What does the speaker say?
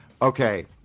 Okay